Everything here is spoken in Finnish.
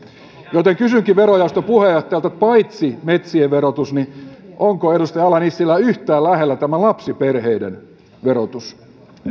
joten kysynkin verojaoston puheenjohtajalta paitsi metsien verotus niin onko edustaja ala nissilää yhtään lähellä tämä lapsiperheiden verotus